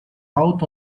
out